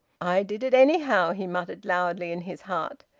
i did it, anyhow! he muttered loudly, in his heart.